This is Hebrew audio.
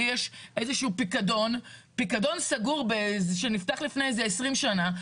לי יש איזשהו פיקדון סגור שנפתח לפני 20 שנה,